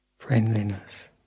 friendliness